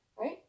right